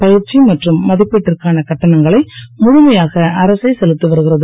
பயிற்சி மற்றும் மதிப்பீட்டிற்கான கட்டணங்களை முழுமையாக அரசே செலுத்தி வருகிறது